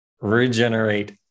regenerate